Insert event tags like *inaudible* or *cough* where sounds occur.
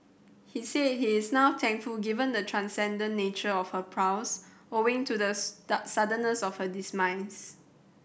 he said he's now thankful given the transcendent nature of her prose owing to the *unintelligible* suddenness of her demise